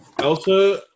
Elsa